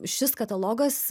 šis katalogas